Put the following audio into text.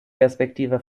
perspektive